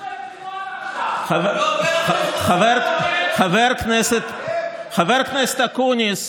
הטחת בפנינו, חבר הכנסת אקוניס,